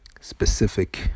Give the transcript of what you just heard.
specific